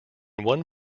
one